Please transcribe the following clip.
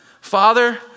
Father